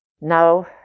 no